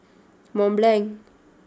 Mont Blanc